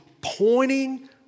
pointing